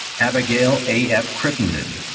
abigail a f. crittenden.